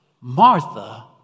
Martha